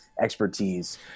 expertise